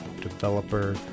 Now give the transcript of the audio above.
developer